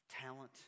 talent